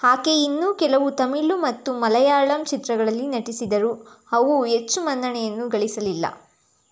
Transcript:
ಆಕೆ ಇನ್ನೂ ಕೆಲವು ತಮಿಳ್ ಮತ್ತು ಮಲಯಾಳಂ ಚಿತ್ರಗಳಲ್ಲಿ ನಟಿಸಿದರು ಅವು ಹೆಚ್ಚು ಮನ್ನಣೆಯನ್ನು ಗಳಿಸಲಿಲ್ಲ